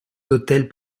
hôtels